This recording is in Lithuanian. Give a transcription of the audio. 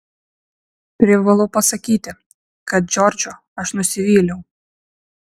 privalau pasakyti kad džordžu aš nusivyliau